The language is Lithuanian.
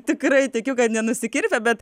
tikrai tikiu kad nenusikirpę bet